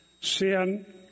Sin